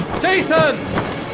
Jason